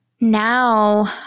now